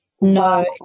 No